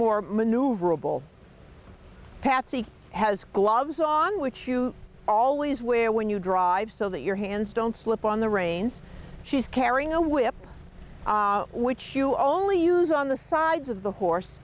more maneuverable patsy has gloves on which you always wear when you drive so that your hands don't slip on the reins she's carrying a whip which you only use on the sides of the horse